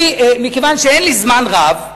מכיוון שאין לי זמן רב,